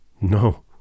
No